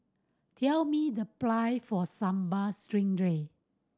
tell me the price for Sambal Stingray